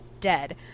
dead